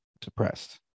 depressed